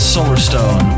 Solarstone